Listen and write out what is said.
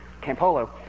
Campolo